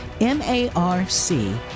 M-A-R-C